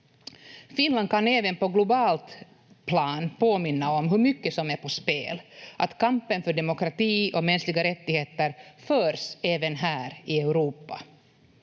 Finland kan även på globalt plan påminna om hur mycket som är på spel, att kampen för demokrati och mänskliga rättigheter förs även här, i Europa.